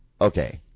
Okay